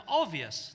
obvious